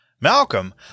Malcolm